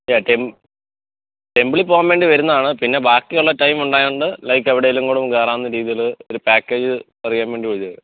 യാ ടെം ടെമ്പിളിപ്പോവാന് വേണ്ടി വരുന്നയാണ് പിന്നെ ബാക്കി ഉള്ള ടൈം ഉണ്ടായോണ്ട് ലൈക്കെവിടെലും കൂടൊന്ന് കയറാവുന്ന രീതീൽ ഒരു പാക്കേജ് അറിയാന് വേണ്ടി വിളിച്ചത്